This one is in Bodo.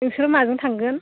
नोंसोर माजों थांगोन